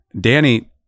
Danny